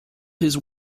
his